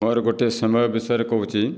ମୋ'ର ଗୋଟିଏ ସମୟ ବିଷୟରେ କହୁଛି